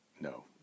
No